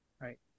right